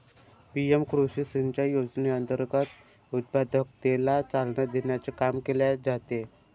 PM कृषी सिंचाई योजनेअंतर्गत उत्पादकतेला चालना देण्याचे काम केले जाते